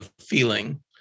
feeling